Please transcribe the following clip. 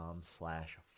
slash